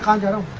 and